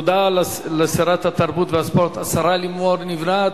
תודה לשרת התרבות והספורט, השרה לימור לבנת.